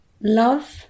love